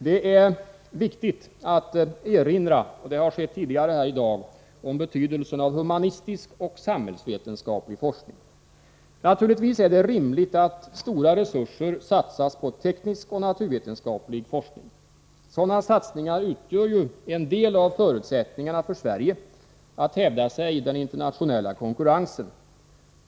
Det är viktigt att erinra om betydelsen av humanistisk och samhällsvetenskaplig forskning. Det har skett tidigare här i dag. Naturligtvis är det rimligt att stora resurser satsas på teknisk och naturvetenskaplig forskning. Sådana satsningar utgör en del av förutsättningarna för Sverige att hävda sig i den internationella konkurrensen.